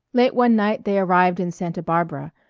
late one night they arrived in santa barbara,